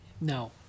No